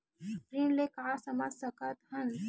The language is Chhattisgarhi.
ऋण ले का समझ सकत हन?